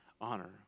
honor